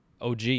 OG